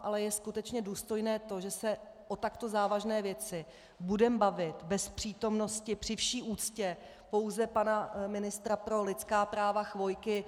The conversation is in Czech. Ale je skutečně důstojné to, že se o takto závažné věci budeme bavit bez přítomnosti, při vší úctě, pouze pana ministra pro lidská práva Chvojky?